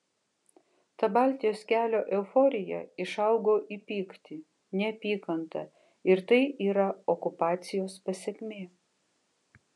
ta baltijos kelio euforija išaugo į pyktį neapykantą ir tai yra okupacijos pasekmė